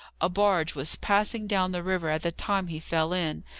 a barge was passing down the river at the time he fell in,